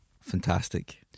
fantastic